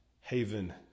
haven